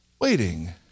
waiting